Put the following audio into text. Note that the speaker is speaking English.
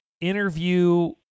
interview